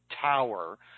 tower